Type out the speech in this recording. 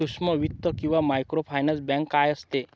सूक्ष्म वित्त किंवा मायक्रोफायनान्स बँक काय असते?